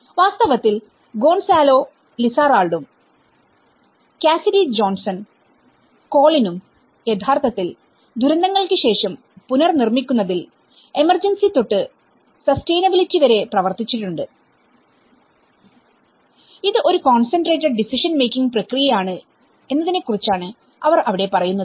വാസ്തവത്തിൽ ഗോൺസാലോ ലിസാറാൾഡുംകാസിഡി ജോൺസണുംകോളിനും യഥാർത്ഥത്തിൽ ദുരന്തങ്ങൾക്ക് ശേഷം പുനർനിർമ്മിക്കുന്നതിൽ എമർജൻസി തൊട്ട് സസ്റ്റയിനിബിലിറ്റി വരെ പ്രവർത്തിച്ചിട്ടുണ്ട് ഇത് ഒരു കോൺസെൻട്രേറ്റഡ് ഡിസിഷൻ മേക്കിങ് പ്രക്രിയയാണ് എന്നതിനെ കുറിച്ചാണ് അവർ അവിടെ പറയുന്നത്